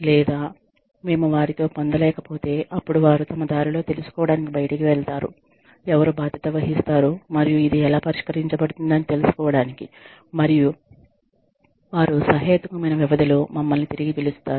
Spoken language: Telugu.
లేదా మేము వారితో పొందలేకపోతే అప్పుడు వారు తమ దారిలో తెలుసుకోవడానికి బయటికి వెళ్తారు ఎవరు బాధ్యత వహిస్తారు మరియు ఇది ఎలా పరిష్కరించబడుతుంది అని తెలుసుకోవడానికి మరియు వారు సహేతుకమైన వ్యవధిలో మమ్మల్ని తిరిగి పిలుస్తారు